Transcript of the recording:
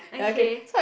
okay